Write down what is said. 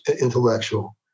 intellectual